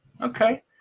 Okay